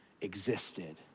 existed